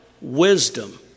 wisdom